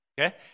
Okay